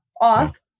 off